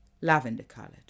lavender-coloured